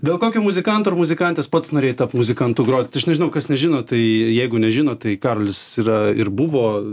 dėl kokio muzikanto ar muzikantės pats norėjai tapt muzikantu grot aš nežinau kas nežino tai jeigu nežino tai karolis yra ir buvo